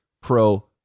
pro